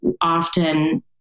often